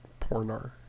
Pornar